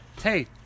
hey